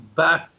back